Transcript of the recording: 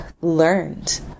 learned